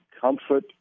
comfort